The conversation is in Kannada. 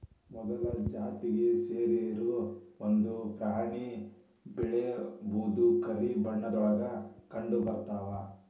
ಮೊಲದ ಜಾತಿಗೆ ಸೇರಿರು ಒಂದ ಪ್ರಾಣಿ ಬಿಳೇ ಬೂದು ಕರಿ ಬಣ್ಣದೊಳಗ ಕಂಡಬರತಾವ